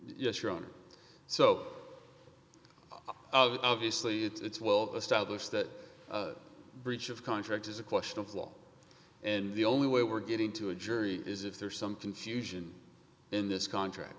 yes your honor so obviously it's well established that breach of contract is a question of law and the only way we're getting to a jury is if there's some confusion in this contract